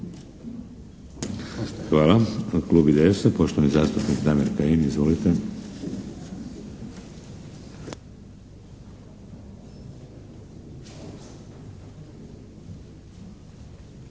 (HDZ)** Hvala. Klub IDS-a poštovani zastupnik Damir Kajin. Izvolite!